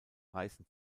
reißen